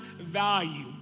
value